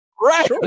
Right